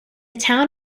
town